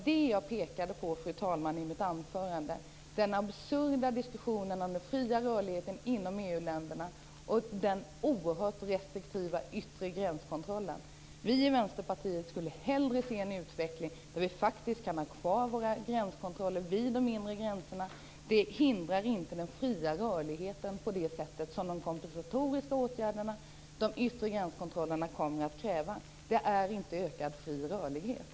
Det jag pekade på i mitt anförande, fru talman, var den absurda diskussionen om den fria rörligheten inom EU-länderna och den oerhört restriktiva yttre gränskontrollen. Vi i Vänsterpartiet skulle hellre se en utveckling där vi faktiskt kan ha kvar våra gränskontroller vid de inre gränserna. Det hindrar inte den fria rörligheten på det sätt som de kompensatoriska åtgärderna och de yttre gränskontrollerna kommer att kräva. Det är inte ökad fri rörlighet.